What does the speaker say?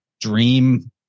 dream